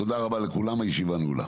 תודה רבה הישיבה נעולה.